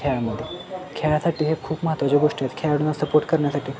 खेळामध्ये खेळासाठी हे खूप महत्त्वाच्या गोष्टी आहेत खेळाडूना सपोर्ट करण्यासाठी